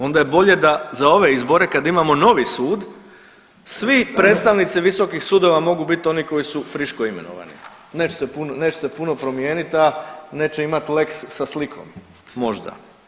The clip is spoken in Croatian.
Onda je bolje da za ove izbore kad imamo novi sud svi predstavnici visokih sudova mogu biti oni koji su friško imenovani, neće se puno promijeniti, a neće imati lex sa slikom možda.